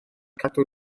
cadw